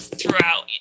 throughout